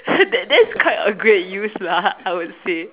that that is quite a great use lah I would say